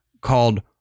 called